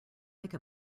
like